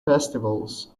festivals